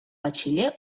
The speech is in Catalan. batxiller